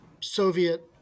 Soviet